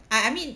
I I mean